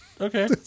Okay